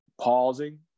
pausing